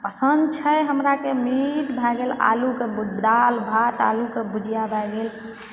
पसन्द छै हमराके मीट भए गेल आलूके दाल भात आलूके भुजिया भए गेल